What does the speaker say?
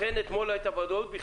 לכן אתמול לא הייתה ודאות בכלל.